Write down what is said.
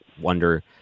wonder—